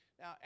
Now